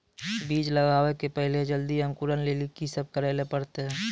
बीज लगावे के पहिले जल्दी अंकुरण लेली की सब करे ले परतै?